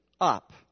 up